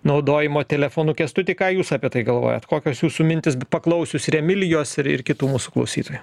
naudojimo telefonu kęstuti ką jūs apie tai galvojat kokios jūsų mintys paklausius ir emilijos ir ir kitų mūsų klausytojų